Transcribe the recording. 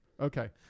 Okay